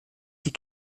die